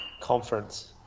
conference